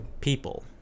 people